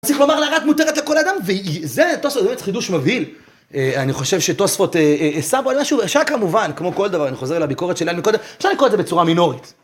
צריך לומר לה, את מותרת לכל אדם, וזה תוספת .. חידוש מבהיל. אני חושב שתוספות סבו על משהו, אפשר כמובן, כמו כל דבר. אני חוזר לביקורת של לילה מקודם, אפשר לקרוא את זה בצורה מינורית.